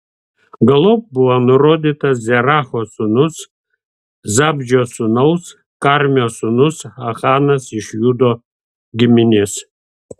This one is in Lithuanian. galop buvo nurodytas zeracho sūnaus zabdžio sūnaus karmio sūnus achanas iš judo giminės